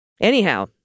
Anyhow